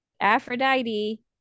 aphrodite